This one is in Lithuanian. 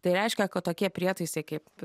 tai reiškia kad tokie prietaisai kaip